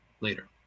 later